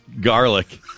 garlic